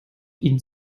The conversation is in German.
ihnen